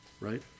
Right